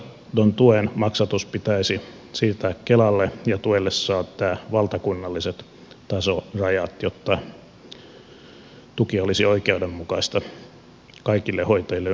omaishoidon tuen maksatus pitäisi siirtää kelalle ja tuelle säätää valtakunnalliset tasorajat jotta tuki olisi oikeudenmukaista kaikille hoitajille ympäri suomen